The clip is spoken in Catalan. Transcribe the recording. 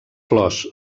flors